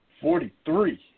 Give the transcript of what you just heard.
Forty-three